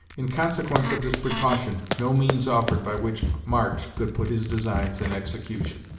in consequence of this precaution, no means offered by which march could put his designs in execution.